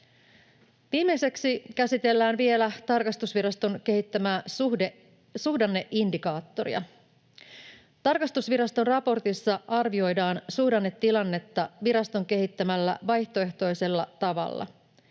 Viimeiseksi käsitellään vielä tarkastusviraston kehittämää suhdanneindikaattoria. Tarkastusviraston raportissa arvioidaan suhdannetilannetta viraston kehittämällä vaihtoehtoisella tavalla.